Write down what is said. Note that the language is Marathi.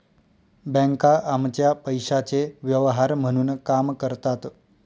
बँका आमच्या पैशाचे व्यवहार म्हणून काम करतात